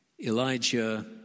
Elijah